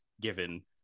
given